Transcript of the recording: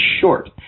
short